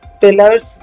pillars